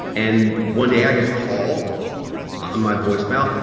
and one day i get a call on my voicemail,